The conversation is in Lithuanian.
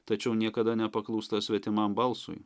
tačiau niekada nepaklūsta svetimam balsui